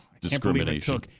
discrimination